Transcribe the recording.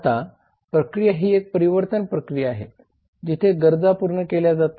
आता प्रक्रिया ही एक परिवर्तन प्रक्रिया आहे जिथे गरजा पूर्ण केल्या जातात